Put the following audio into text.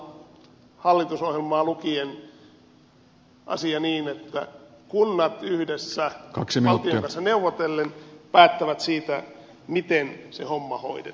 kyllä täytyy olla hallitusohjelmaa lukien asian niin että kunnat yhdessä valtion kanssa neuvotellen päättävät siitä miten se homma hoitui